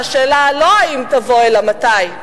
שהשאלה היא לא אם תבוא אלא מתי.